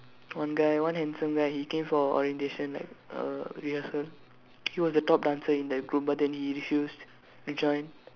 one guy one handsome guy he came for orientation like uh rehearsal he was the top dancer in the group but then he refused to join